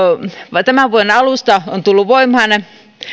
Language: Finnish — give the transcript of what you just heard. tämän vuoden alusta on tullut voimaan